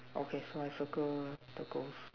okay so I circle the ghost